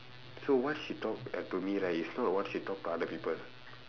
so what she talk to me right is not what she talk to other people